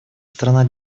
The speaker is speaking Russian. страна